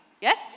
Yes